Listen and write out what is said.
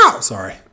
Sorry